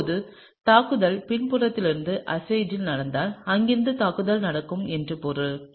இப்போது தாக்குதல் பின்புறத்திலிருந்து அசைடில் நடந்தால் இங்கிருந்து தாக்குதல் நடக்கும் என்று பொருள்